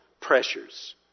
pressures